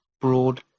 broad